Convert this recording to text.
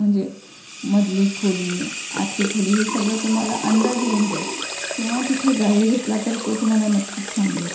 म्हणजे मधली खोली आतली खोली हे सगळं तुम्हाला अंदाज येऊन जाईल किंवा तिथं गाईड घेतला तर तो तुम्हाला नक्कीच सांगेल